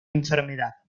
enfermedad